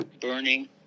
burning